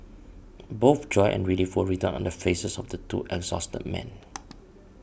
both joy and relief were written on the faces of the two exhausted men